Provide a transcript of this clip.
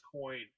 coin